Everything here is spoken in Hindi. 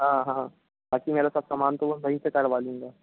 हाँ हाँ बाक़ी मेरा सब समान तो मैं वहीं से करवा लूँगा